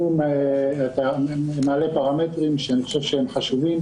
אתה מעלה פרמטרים חשובים.